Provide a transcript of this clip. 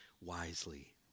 wisely